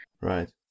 Right